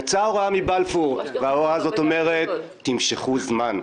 יצאה הוראה מבלפור שאומרת: תמשכו זמן.